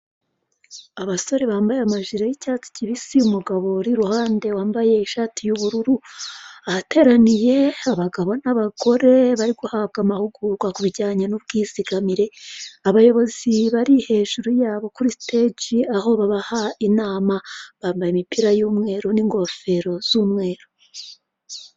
Abasore bambaye amajire y'icyatsi kibisi, umugabo uri iruhande wambaye ishati y'ubururu, ahateraniye abagabo n'abagore bari guhabwa amahugurwa ku bijyanye n'ubwizigamire, abayobozi bari hejuru yabo kuri siteji, aho babaha inama, bambaye imipira y'umweru n'ingofero z'umweru.